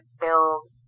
build